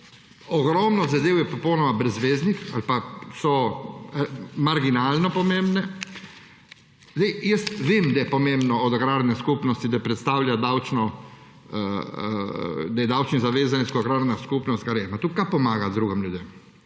ogromno zadev je popolnoma brezzveznih ali pa so marginalno pomembne. Jaz vem, da je pomembno za agrarno skupnost, da predstavlja, da je davčni zavezanec agrarna skupnost, kar je. Kaj pomaga to drugim ljudem?